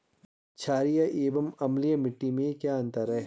छारीय एवं अम्लीय मिट्टी में क्या अंतर है?